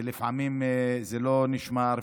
ולפעמים זה לא נשמר.